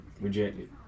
Rejected